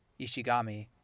Ishigami